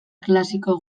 klasiko